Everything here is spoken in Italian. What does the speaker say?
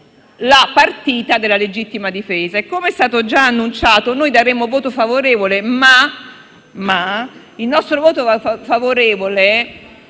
la partita della legittima difesa e - come è stato già annunciato - noi daremo un voto favorevole, ma il nostro voto favorevole